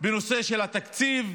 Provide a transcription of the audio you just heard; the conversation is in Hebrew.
בנושא התקציב,